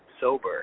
sober